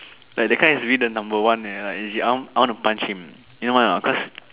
like that kind is really the number one leh like legit I want I want to punch him you know why or not cause